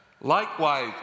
Likewise